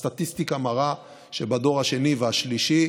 שבדור השני והשלישי